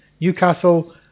Newcastle